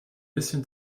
bisschen